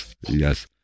Yes